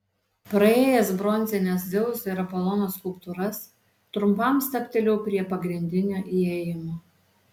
praėjęs bronzines dzeuso ir apolono skulptūras trumpam stabtelėjau prie pagrindinio įėjimo